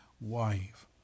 wife